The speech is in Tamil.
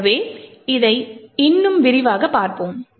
எனவே இதை இன்னும் விரிவாகப் பார்ப்போம்